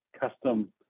custom